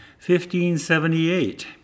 1578